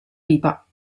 pipa